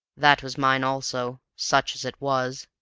that was mine also such as it was.